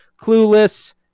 Clueless